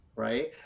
right